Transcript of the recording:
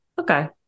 Okay